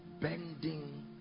bending